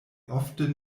ofte